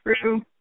True